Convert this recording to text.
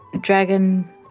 dragon